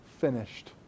finished